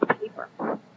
paper